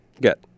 Get